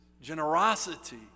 generosity